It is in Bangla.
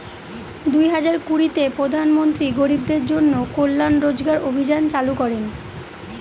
দুই হাজার কুড়িতে প্রধান মন্ত্রী গরিবদের জন্য কল্যান রোজগার অভিযান চালু করেন